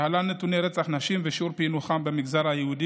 להלן נתוני רצח נשים ושיעור פילוחן במגזר היהודי,